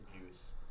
abuse